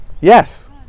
Yes